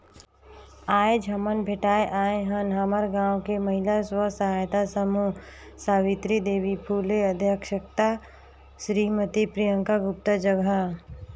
आयज हमन भेटाय आय हन हमर गांव के महिला स्व सहायता समूह सवित्री देवी फूले अध्यक्छता सिरीमती प्रियंका गुप्ता जघा